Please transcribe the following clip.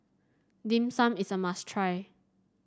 Dim Sum is a must try